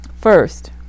First